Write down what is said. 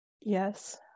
Yes